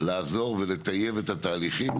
לעזור ולטייב את התהליכים,